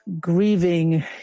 grieving